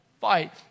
fight